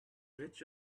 which